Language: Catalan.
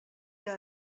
que